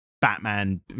batman